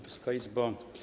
Wysoka Izbo!